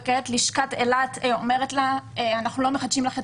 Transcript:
וכעת לשכת אילת אומרת לה שלא מחדשים לה את